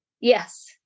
Yes